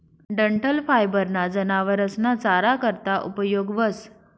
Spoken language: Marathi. डंठल फायबर ना जनावरस ना चारा करता उपयोग व्हस